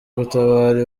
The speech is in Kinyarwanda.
gutabara